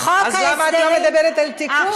אז למה את לא מדברת על התיקון?